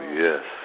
yes